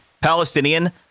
Palestinian